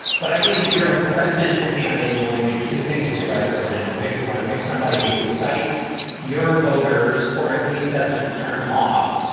but i think if you're a presidential candidate, you want to do two things with your vice presidential pick. you want to pick somebody who excites your voters or at least doesn't turn them off.